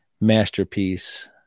masterpiece